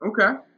Okay